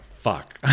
Fuck